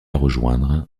rejoindre